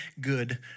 good